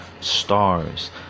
Stars